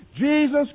Jesus